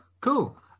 Cool